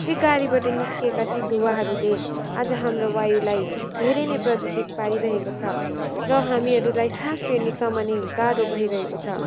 ती गाडीबाट निस्किएका ती धुवाहरूले आज हाम्रो वायुलाई धेरै नै प्रदूषित पारिरहेको छ र हामीहरूलाई सास फेर्नसम्म नै गाह्रो भइरहेको छ